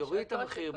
יוריד את המחיר,